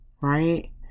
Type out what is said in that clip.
right